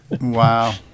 Wow